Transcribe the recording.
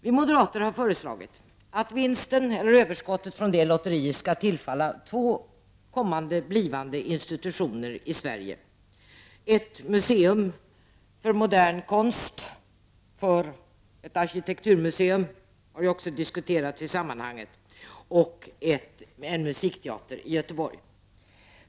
Vi moderater har föreslagit att vinsten eller överskottet från detta lotteri skall tillfalla två blivande institutioner i Sverige — ett museum för modern konst, ett arkitekturmuseum har också diskuterats i sammanhanget, och en musikteater i Göteborg.